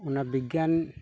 ᱚᱱᱟ ᱵᱤᱜᱟᱱ